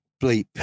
bleep